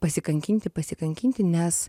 pasikankinti pasikankinti nes